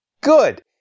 Good